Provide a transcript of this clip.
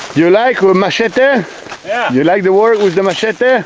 you like ah ah machete yeah you like the work with the machete